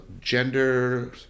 gender